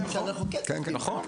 אז